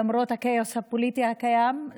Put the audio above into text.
למרות הכאוס הפוליטי הקיים,